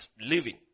living